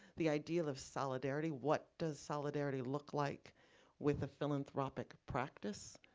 the idea of solidarity, what does solidarity look like with the philanthropic practice,